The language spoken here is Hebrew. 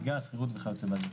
מלגה וכיוצא בזה.